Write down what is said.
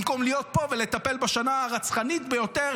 במקום להיות פה ולטפל בשנה הרצחנית ביותר